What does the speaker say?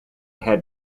had